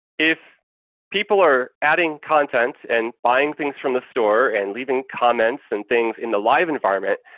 if people are adding content and buying things from the store and leaving comments and things in the live environment,